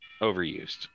overused